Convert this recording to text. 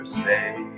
say